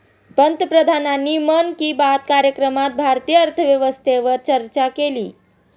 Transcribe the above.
पंतप्रधानांनी मन की बात कार्यक्रमात भारतीय अर्थव्यवस्थेवर चर्चा केली